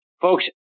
Folks